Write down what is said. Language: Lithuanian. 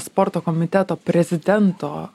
sporto komiteto prezidento